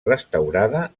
restaurada